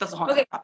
Okay